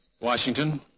Washington